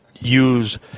use